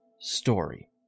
story